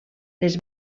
les